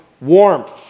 warmth